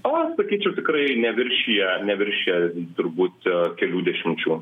o sakyčiau tikrai neviršija neviršija turbūt kelių dešimčių